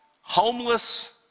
homeless